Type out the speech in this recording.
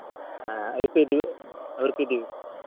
ᱟᱹᱣᱨᱤᱯᱮ ᱤᱫᱤᱭᱮᱭᱟ ᱟᱹᱣᱨᱤᱯᱮ ᱤᱫᱤᱭᱮᱭᱟ